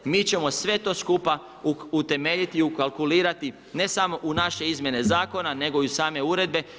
Mi ćemo sve to skupa utemeljiti, ukalkulirati, ne samo u naše izmjene zakona, nego i u same uredbe.